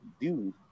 dude